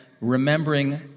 remembering